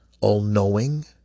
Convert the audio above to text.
all-knowing